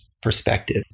perspective